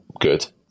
good